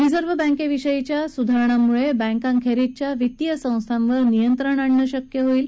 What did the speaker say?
reserve बँकेविषयीच्या कायद्यातल्या सुधारणांमुळे बँकांखेरिजच्या वित्तीय संस्थांवर नियंत्रण आणणं शक्य होईल